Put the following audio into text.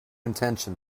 intention